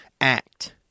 act